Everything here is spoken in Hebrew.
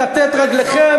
אתם נאלצים לכתת רגליכם,